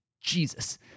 Jesus